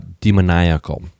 demoniacal